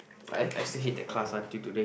I I still hate that class until today